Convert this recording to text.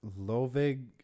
lovig